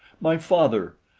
my father!